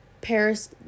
Paris